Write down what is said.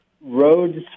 roads